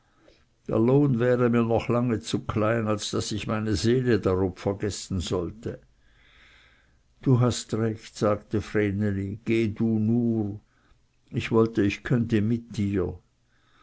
wäre mir noch lang zu klein als daß ich meine seele darob vergessen sollte du hast recht sagte vreneli geh du nur ich wollte ich könnte mit dir